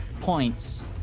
points